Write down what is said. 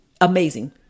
Amazing